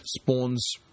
spawns